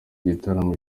igitaraganya